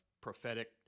prophetic